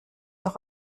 doch